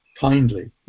kindly